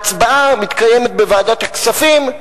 וההצבעה מתקיימת בוועדת הכספים,